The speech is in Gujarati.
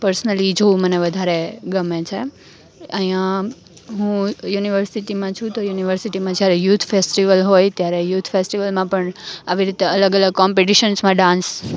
પર્સનલી જોવું મને વધારે ગમે છે અહીંયા હું યુનિવર્સિટીમાં છું તો યુનિવર્સિટીમાં જ્યારે યુથ ફેસ્ટિવલ હોય ત્યારે યુથ ફેસ્ટિવલમાં પણ આવી રીતે અલગ અલગ કોમ્પિટિશનમાં પણ ડાન્સ